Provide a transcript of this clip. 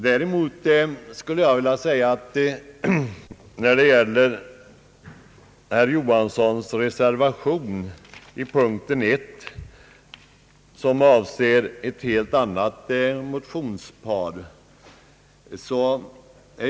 Däremot skulle jag vilja säga att jag ställer mig mera tveksam till yrkandet i herr Tage Johanssons reservation under punkten 1 som avser ett helt annat motionspar.